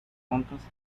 juntos